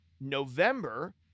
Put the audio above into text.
November